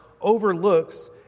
overlooks